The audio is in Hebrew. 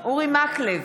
אורי מקלב,